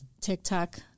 TikTok